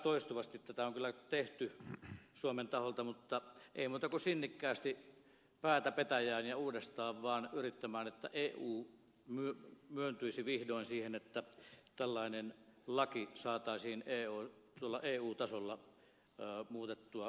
toistuvasti tätä on kyllä tehty suomen taholta mutta ei muuta kuin sinnikkäästi hakkaamaan päätä petäjään ja uudestaan vaan yrittämään että eu myöntyisi vihdoin siihen että tällainen laki saataisiin eu tasolla muutettua